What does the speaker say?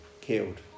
Killed